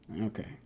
Okay